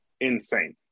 insane